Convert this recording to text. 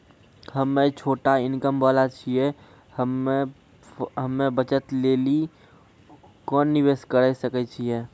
हम्मय छोटा इनकम वाला छियै, हम्मय बचत लेली कोंन निवेश करें सकय छियै?